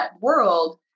world